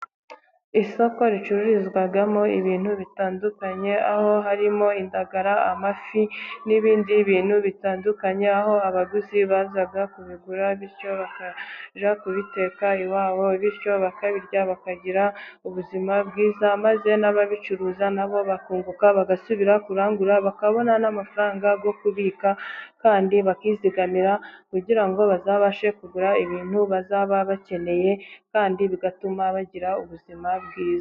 Isoko ricururizwamo ibintu bitandukanye, aho harimo indagara, amafi n'ibindi bintu bitandukanye. Aho abaguzi baza kubigura bityo bakajya kubiteka iwabo. Bityo bakabirya bakagira ubuzima bwiza. Maze n'ababicuruza nabo bakunguka bagasubira kurangura bakabona n'amafaranga yo kubika. Kandi bakizigamira kugira ngo bazabashe kugura ibintu bazaba bakeneye. Kandi bigatuma bagira ubuzima bwiza.